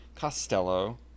Costello